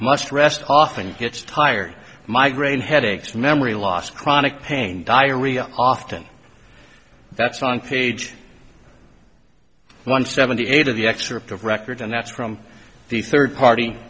must rest often gets tired migraine headaches memory loss chronic pain diarrhea often that's on page one seventy eight of the excerpt of records and that's from the third party